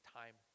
time